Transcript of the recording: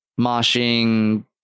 moshing